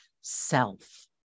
self